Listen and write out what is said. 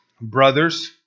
brothers